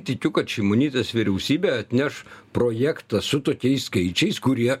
tikiu kad šimonytės vyriausybė atneš projektą su tokiais skaičiais kurie